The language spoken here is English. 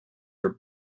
are